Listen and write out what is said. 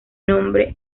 nombre